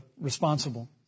responsible